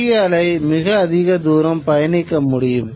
குறுகிய அலை மிக அதிக தூரம் பயணிக்க முடியும்